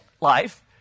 life